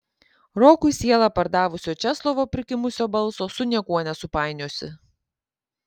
rokui sielą pardavusio česlovo prikimusio balso su niekuo nesupainiosi